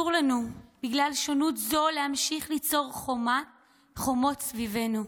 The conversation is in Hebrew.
בגלל שונות זו להמשיך ליצור חומות סביבנו.